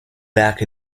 back